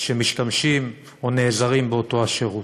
שמשתמשים או נעזרים באותו השירות.